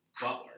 Butler